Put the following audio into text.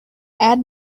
add